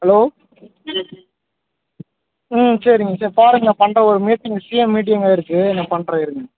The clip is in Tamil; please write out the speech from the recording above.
ஹலோ ம் சரிங்க சரி பாருங்கள் நான் பண்றேன் ஒரு மீட்டிங் சிஎம் மீட்டிங்குருக்கு நான் பண்றேன் இருங்கள்